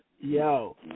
Yo